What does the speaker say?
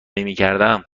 نمیکردم